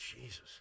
Jesus